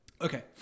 Okay